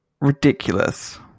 ridiculous